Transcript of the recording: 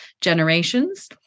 generations